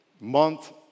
month